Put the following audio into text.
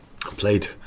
played